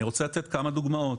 אני רוצה לתת כמה דוגמאות,